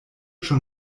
schon